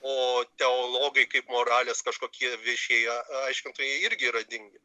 o teologai kaip moralės kažkokie viešieji aiškintojai irgi yra dingę